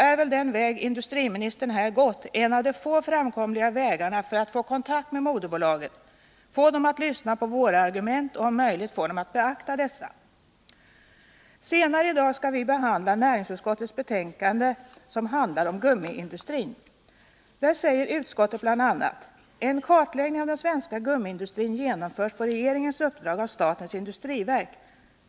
är väl den väg industriministern här gått en av de få framkomliga vägarna för att få kontakt med moderbolaget, få det att lyssna på våra argument och om möjligt få det att beakta de: Senare i dag skall vi behandla näringsutskottets betänkande om gummiindustrin. Utskottet skriver bl.a.: ”En kartläggning av den svenska gummivaruindustrin genomförs på regeringens uppdrag av statens industriverk.